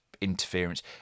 interference